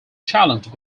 challenged